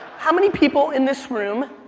how many people in this room,